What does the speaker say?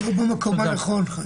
אתה לא במקום הנכון.